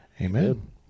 Amen